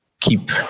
keep